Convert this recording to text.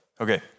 Okay